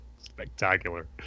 spectacular